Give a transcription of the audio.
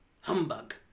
humbug